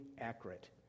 accurate